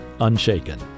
Unshaken